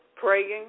praying